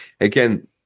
again